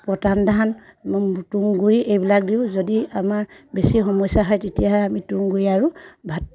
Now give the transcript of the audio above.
পতান ধান তুঁহগুৰি এইবিলাক দিওঁ যদি আমাৰ বেছি সমস্যা হয় তেতিয়াহে আমি তুঁহগুৰি আৰু ভাত